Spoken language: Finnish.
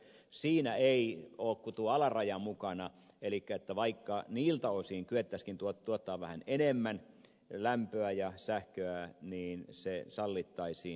siinä ei ole kuin tuo alaraja mukana elikkä vaikka niiltä osin kyettäisiinkin tuottamaan vähän enemmän lämpöä ja sähköä niin se sallittaisiin